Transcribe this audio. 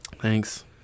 thanks